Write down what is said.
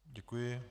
Děkuji.